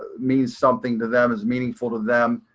means something to them, is meaningful to them.